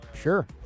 Sure